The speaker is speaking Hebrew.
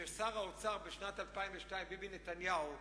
שר האוצר בשנת 2002, ביבי נתניהו,